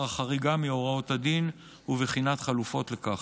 החריגה מהוראות הדין ובחינת חלופות לכך.